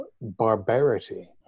barbarity